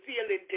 feeling